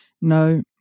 no